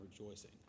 rejoicing